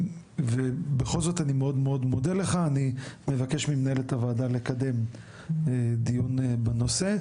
ובכל זאת אני מאוד מודה לך אני מבקש ממנהלת הוועדה לקדם דיון בנושא,